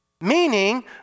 meaning